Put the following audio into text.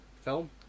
Film